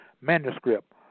manuscript